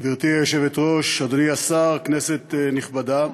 גברתי היושבת-ראש, אדוני השר, כנסת נכבדה,